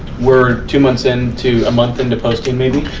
we're two months in to, a month into posting maybe?